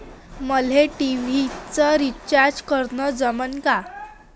मले टी.व्ही चा रिचार्ज करन जमन का?